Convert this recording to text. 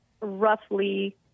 roughly